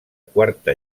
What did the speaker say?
quarta